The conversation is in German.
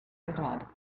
gerade